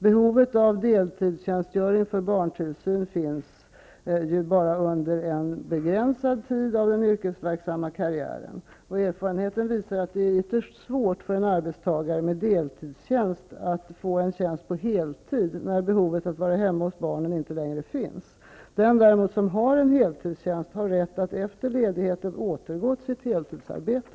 Behovet av deltidstjänstgöring för barntillsyn finns ju bara under en begränsad tid av den yrkesverksamma karriären. Erfarenheten visar att det är ytterst svårt för en arbetstagare med deltidstjänst att få en tjänst på heltid när behovet att vara hemma hos barnen inte längre finns. Den som däremot har en heltidstjänst har rätt att efter ledigheten återgå till sitt heltidsarbete.